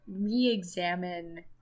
re-examine